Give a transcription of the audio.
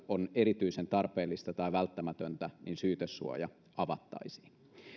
on erityisen tarpeellista tai välttämätöntä syytesuoja avattaisiin